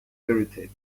irritated